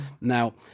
Now